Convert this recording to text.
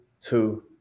two